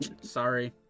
Sorry